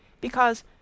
because